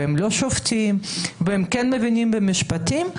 הם לא שופטים והם כן מבינים במשפטים.